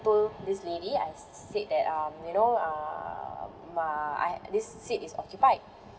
told this lady I said that um you know uh my I this seat is occupied